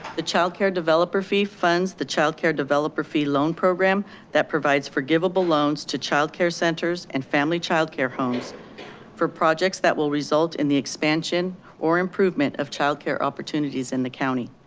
the childcare developer fee funds the childcare developer fee loan program that provides forgivable loans to childcare centers and family childcare homes for projects that will result in the expansion or improvement of childcare opportunities in the county.